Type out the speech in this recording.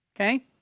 Okay